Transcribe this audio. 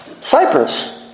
Cyprus